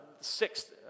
sixth